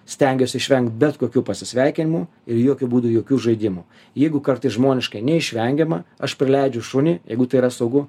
stengiuosi išvengt bet kokių pasisveikinimų ir jokiu būdu jokių žaidimų jeigu kartais žmoniškai neišvengiama aš prileidžiu šunį jeigu tai yra saugu